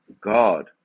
God